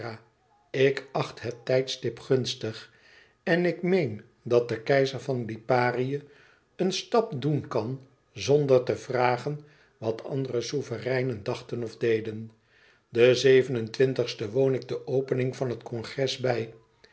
ik acht het tijdstip gunstig en ik meen dat de keizer van liparië een stap doen kan zonder te vragen wat andere souvereinen dachten of deden den zeven en twintigsten woon ik de opening van het congres bij